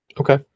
Okay